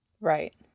Right